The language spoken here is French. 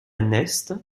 neste